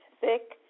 thick